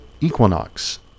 equinox